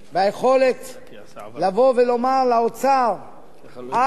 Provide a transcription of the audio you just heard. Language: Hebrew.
אל תהיו מודאגים מוועדי עובדים, לא קורה שום דבר,